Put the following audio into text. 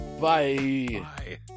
Bye